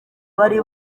bari